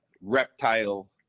reptile